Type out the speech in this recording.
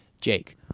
Jake